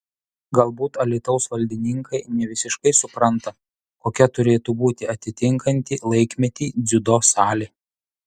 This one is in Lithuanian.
galbūt alytaus valdininkai ne visiškai supranta kokia turėtų būti atitinkanti laikmetį dziudo salė